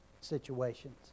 situations